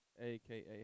aka